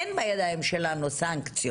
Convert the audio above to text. אין בידינו סנקציות